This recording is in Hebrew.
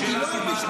חברת הכנסת בן ארי,